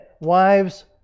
Wives